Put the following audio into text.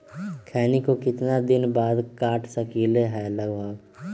खैनी को कितना दिन बाद काट सकलिये है लगभग?